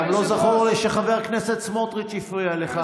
גם לא זכור לי שחבר הכנסת סמוטריץ' הפריע לך.